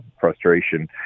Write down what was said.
frustration